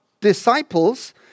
disciples